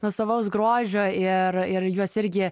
nuostabaus grožio ir ir juos irgi